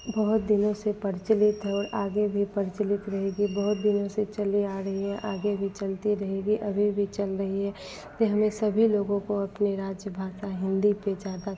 बहुत दिनों से प्रचलित है और आगे भी प्रचलित रहेगी बहुत दिनों से चली आ रही है आगे भी चलती रहेगी अभी भी चल रही है तो हमें सभी लोगों को अपनी राज्य भाषा हिन्दी पर ज़्यादा